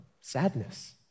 sadness